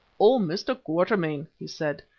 oh! mr. quatermain, he said,